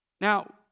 Now